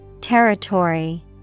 Territory